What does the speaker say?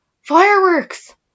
fireworks